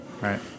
right